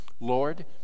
Lord